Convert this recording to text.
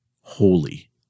holy